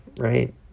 right